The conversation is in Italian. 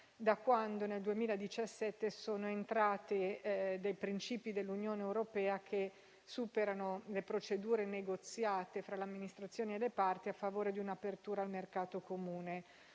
da quando, nel 2017, sono entrati in vigore dei principi dell'Unione europea che superano le procedure negoziate fra l'amministrazione e le parti a favore di un'apertura al mercato comune.